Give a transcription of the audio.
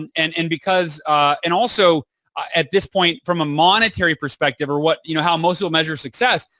and and and because and also at this point from a monetary perspective or what, you know how most will measure success,